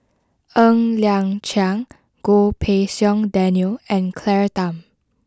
Ng Liang Chiang Goh Pei Siong Daniel and Claire Tham